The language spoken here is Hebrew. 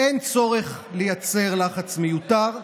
אין צורך לייצר לחץ מיותר.